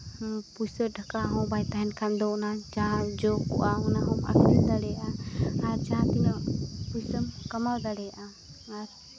ᱯᱩᱭᱥᱟᱹᱼᱴᱟᱠᱟ ᱦᱚᱸ ᱵᱟᱝ ᱛᱟᱦᱮᱱ ᱠᱷᱟᱱ ᱫᱚ ᱚᱱᱟ ᱡᱟᱦᱟᱸ ᱡᱚ ᱠᱚᱜᱼᱟ ᱚᱱᱟ ᱦᱚᱸ ᱟᱹᱠᱷᱨᱤᱧ ᱫᱟᱲᱮᱭᱟᱜᱼᱟ ᱟᱨ ᱡᱟᱦᱟᱸ ᱛᱤᱱᱟᱹᱜ ᱯᱩᱭᱥᱟᱹᱢ ᱠᱟᱢᱟᱣ ᱫᱟᱲᱮᱭᱟᱟᱼᱟ ᱟᱨ